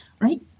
right